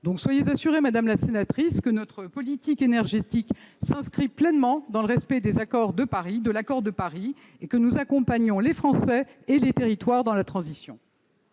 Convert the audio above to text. donc assurée, madame la sénatrice, que notre politique énergétique s'inscrit pleinement dans le respect de l'accord de Paris et que nous accompagnons les Français et les territoires dans la transition.